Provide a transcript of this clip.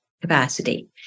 capacity